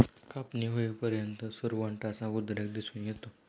कापणी होईपर्यंत सुरवंटाचा उद्रेक दिसून येतो